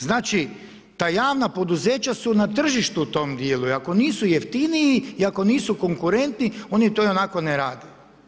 Znači ta javna poduzeća su na tržištu u tom dijelu i ako nisu jeftiniji, i ako nisu konkurentni oni to ionako ne rade.